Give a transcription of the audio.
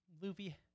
Luffy